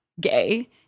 gay